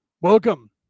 Welcome